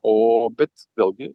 o bet vėlgi